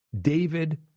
David